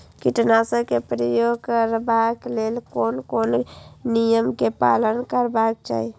कीटनाशक क प्रयोग करबाक लेल कोन कोन नियम के पालन करबाक चाही?